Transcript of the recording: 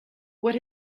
what